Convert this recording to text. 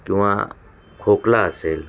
किंवा खोकला असेल